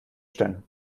stein